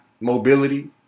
mobility